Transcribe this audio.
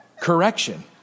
correction